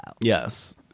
Yes